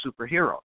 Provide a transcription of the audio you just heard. superhero